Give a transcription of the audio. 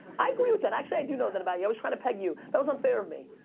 i agree with that, actually i do know that about you, i was trying to peg you. that was unfair of me.